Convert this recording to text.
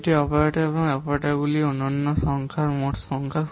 এটি অপারেটর এবং অপারেটরগুলির অনন্য সংখ্যার মোট সংখ্যা